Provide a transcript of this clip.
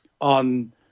on